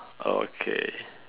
okay